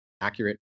accurate